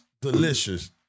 delicious